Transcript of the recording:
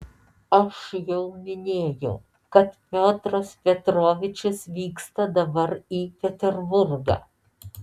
aš jau minėjau kad piotras petrovičius vyksta dabar į peterburgą